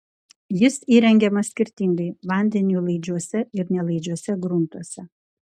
jis įrengiamas skirtingai vandeniui laidžiuose ir nelaidžiuose gruntuose